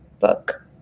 book